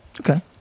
Okay